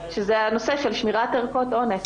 שזה הנושא של שמירת ערכות אונס.